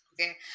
okay